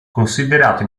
considerato